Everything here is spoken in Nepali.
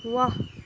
वाह